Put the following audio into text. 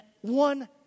one